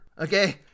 okay